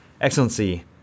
Excellency